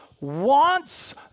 wants